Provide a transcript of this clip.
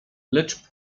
lecz